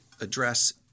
address